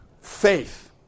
faith